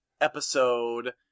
episode